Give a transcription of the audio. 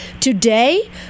Today